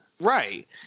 Right